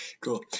Cool